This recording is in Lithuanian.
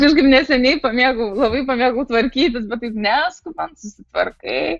visgi neseniai pamėgau labai pamėgau tvarkytis bet taip neskubant susitvarkai